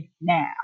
now